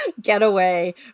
Getaway